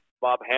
Bob